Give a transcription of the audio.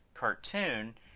cartoon